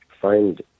find